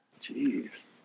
Jeez